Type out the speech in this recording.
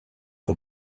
the